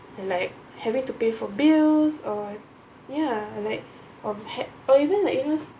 like having to pay for bills or ya like or had or even like those